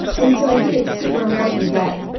and so, i think it's super important that,